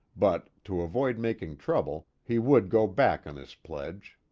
but to avoid making trouble, he would go back on his pledge.